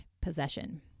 possession